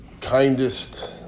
kindest